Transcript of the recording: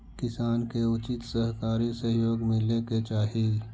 किसान के उचित सहकारी सहयोग मिले के चाहि